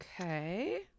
Okay